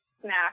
snack